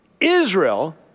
Israel